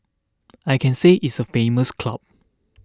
I can say it's a famous club